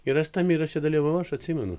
ir aš tame įraše dalyvavau aš atsimenu